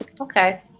Okay